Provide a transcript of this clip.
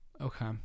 okay